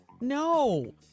no